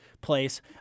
place